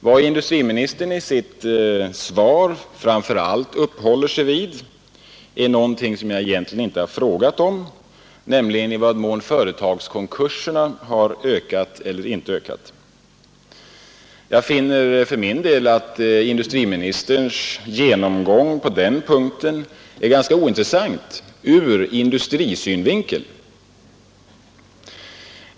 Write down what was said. Vad industriministern i sitt svar framför allt uppehåller sig vid är någonting som jag egentligen inte frågat om, nämligen i vad mån företagskonkurserna ökat eller inte ökat. Jag finner för min del att industriministerns genomgång på den punkten är ganska ointressant ur industrisynvinkel.